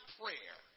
prayer